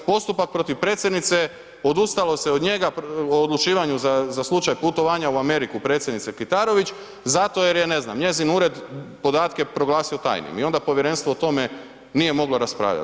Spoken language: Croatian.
Postupak protiv predsjednice, odustalo se od njega, o odlučivanju za slučaj putovanja u Ameriku, predsjednice Kitarović, zato jer je, ne znam, njezin ured podatke proglasio tajnim i onda povjerenstvo o tome nije moglo raspravljat.